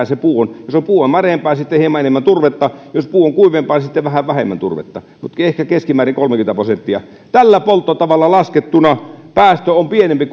se puu on jos puu on märempää sitten hieman enemmän turvetta jos puu on kuivempaa sitten vähän vähemmän turvetta mutta ehkä keskimäärin kolmekymmentä prosenttia niin tällä polttotavalla laskettuna päästö on pienempi